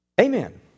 Amen